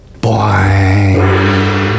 Bye